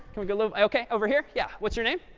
we get a little ok, over here. yeah. what's your name?